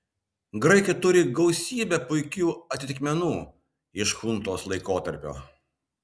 graikai turi gausybę puikių atitikmenų iš chuntos laikotarpio